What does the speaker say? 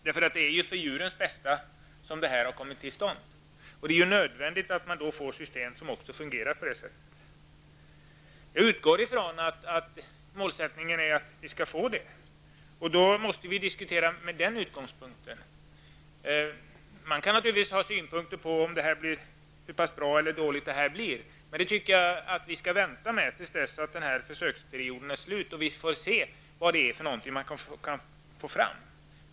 De har kommit till stånd för djurens bästa, och då är det nödvändigt att systemen fyller den funktionen. Jag utgår ifrån att det skall bli så och att diskussionen förs utifrån den utgångspunkten. Man kan förstås ha olika synpunkter, men dem bör man vänta med till dess försöksperioden är slut, när det visar sig vad man kan få fram.